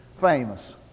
famous